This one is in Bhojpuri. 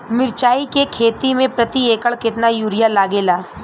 मिरचाई के खेती मे प्रति एकड़ केतना यूरिया लागे ला?